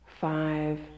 five